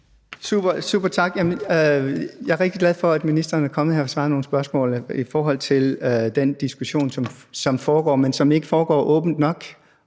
Super. Tak. Jeg er rigtig glad for, at ministeren er kommet her og har besvaret nogle spørgsmål i forhold til den diskussion, som foregår, men som ikke foregår åbent nok.